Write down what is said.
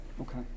Okay